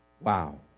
Wow